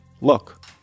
look